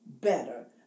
better